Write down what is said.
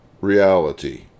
reality